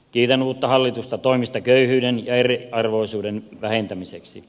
kiitän uutta hallitusta toimista köyhyyden ja eriarvoisuuden vähentämiseksi